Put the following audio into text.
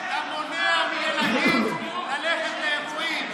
אתה מונע מילדים ללכת לאירועים.